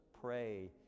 pray